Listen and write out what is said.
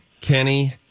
Kenny